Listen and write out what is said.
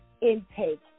intake